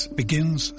begins